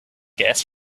gas